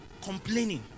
complaining